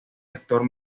actor